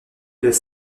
des